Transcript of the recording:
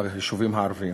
ביישובים הערביים.